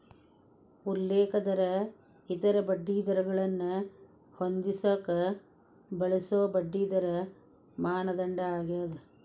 ಉಲ್ಲೇಖ ದರ ಇತರ ಬಡ್ಡಿದರಗಳನ್ನ ಹೊಂದಿಸಕ ಬಳಸೊ ಬಡ್ಡಿದರ ಮಾನದಂಡ ಆಗ್ಯಾದ